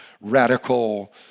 radical